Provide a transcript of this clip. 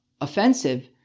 offensive